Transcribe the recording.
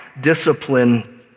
discipline